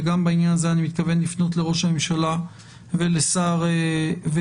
וגם בעניין הזה אני מתכוון לפנות לראש הממשלה ולשר האוצר.